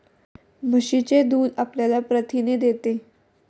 म्हशीचे दूध आपल्याला प्रथिने देते